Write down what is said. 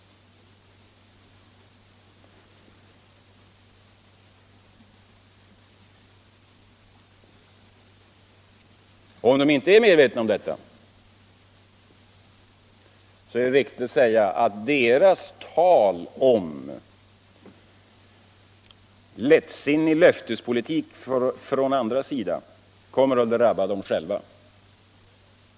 I så fall är det riktigt att säga, att deras tal om lättsinnig löftespolitik från andras sida kommer att drabba dem själva.